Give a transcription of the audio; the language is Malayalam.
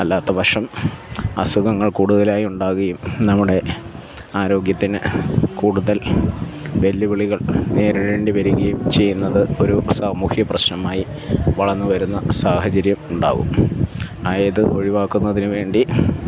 അല്ലാത്ത പക്ഷം അസുഖങ്ങൾ കൂടുതലായി ഉണ്ടാകുകയും നമ്മുടെ ആരോഗ്യത്തിന് കൂടുതൽ വെല്ലുവിളികൾ നേരിടേണ്ടി വരികയും ചെയ്യുന്നത് ഒരു സാമൂഹ്യ പ്രശ്നമായി വളർന്നു വരുന്ന സാഹചര്യം ഉണ്ടാവും ആയത് ഒഴിവാക്കുന്നതിന് വേണ്ടി